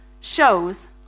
shows